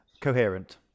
coherent